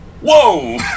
Whoa